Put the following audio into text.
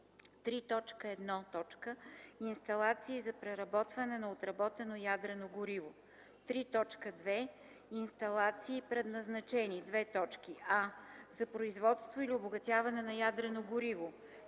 3.1. Инсталации за преработване на отработено ядрено гориво. 3.2. Инсталации, предназначени: а) за производство или обогатяване на ядрено гориво;